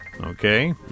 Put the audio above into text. okay